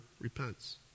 repents